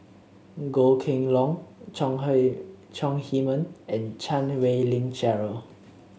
Goh Kheng Long Chong Chong Heman and Chan Wei Ling Cheryl